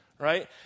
right